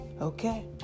okay